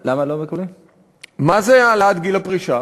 אתה יכול להסביר למה לא מה זה העלאת גיל הפרישה?